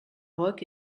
roch